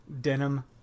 denim